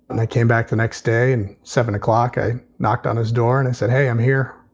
and i came back the next day and seven o'clock i knocked on his door and i said, hey, i'm here.